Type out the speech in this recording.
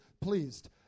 pleased